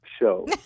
show